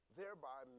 Thereby